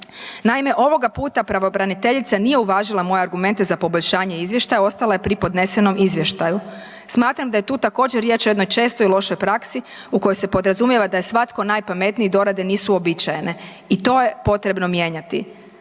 Naime, ovoga puta pravobraniteljica nije uvažila moje argumente za poboljšanje izvještaja, ostala je pri podnesenom izvještaju. Smatram da je tu također riječ o jednoj čestoj lošoj praksi u kojoj se podrazumijeva da je svatko najpametniji dorade nisu uobičajene i to je potrebno mijenjati.